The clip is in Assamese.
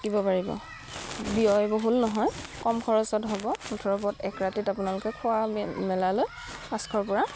থাকিব পাৰিব ব্যয়বহুল নহয় কম খৰচত হ'ব মুঠৰ ওপৰত এক ৰাতিত আপোনালোকে খোৱা মেলালৈ পাঁচশৰপৰা